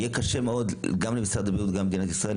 יהיה קשה מאוד גם למשרד הבריאות וגם למדינת ישראל,